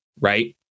right